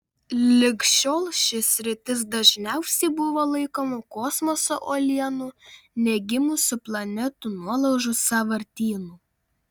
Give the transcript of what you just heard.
lig šiol ši sritis dažniausiai buvo laikoma kosmoso uolienų negimusių planetų nuolaužų sąvartynu